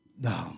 No